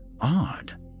odd